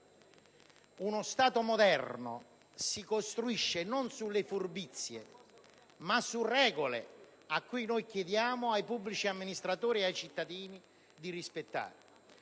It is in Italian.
uno Stato moderno si costruisce non sulle furbizie, ma su regole che chiediamo ai pubblici amministratori e ai cittadini di rispettare.